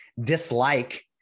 dislike